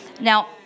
Now